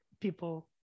people